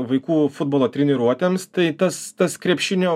vaikų futbolo treniruotėms tai tas tas krepšinio